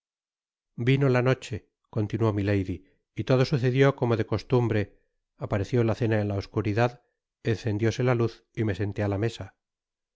vino la noche continuó milady y todo sucedió como de costumbre apareció la cena en la oscuridad encendióse la luz y me senté á ta mesa